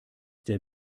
der